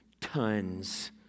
tons